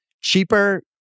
cheaper